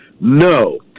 No